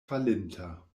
falinta